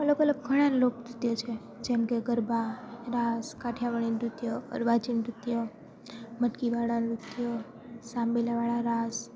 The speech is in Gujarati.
અલગ અલગ ઘણાં લોકનૃત્ય છે જેમકે ગરબા રાસ કાઠિયાવાડી નૃત્ય અર્વાચીન નૃત્ય મટકીવાળાં નૃત્ય સાંબેલાવાળા રાસ